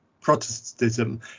Protestantism